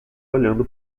olhando